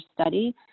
study